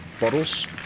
bottles